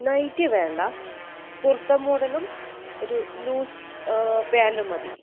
nightie വേണ്ട കുർത്ത മോഡലും ഒരു ലൂസ് പാന്റും മതി